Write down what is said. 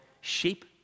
sheep